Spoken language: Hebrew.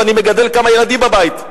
ואני מגדל כמה ילדים בבית.